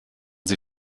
sie